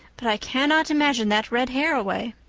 but i cannot imagine that red hair away.